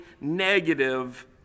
negative